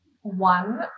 one